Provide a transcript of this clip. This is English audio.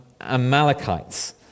Amalekites